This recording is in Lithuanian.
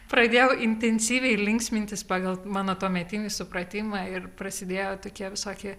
pradėjau intensyviai linksmintis pagal mano tuometinį supratimą ir prasidėjo tokie visokie